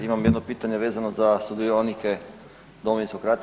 Imam jedno pitanje vezano za sudionike Domovinskog rata.